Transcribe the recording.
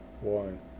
one